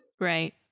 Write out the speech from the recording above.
Right